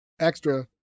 extra